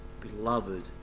beloved